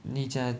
你讲